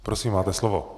Prosím, máte slovo.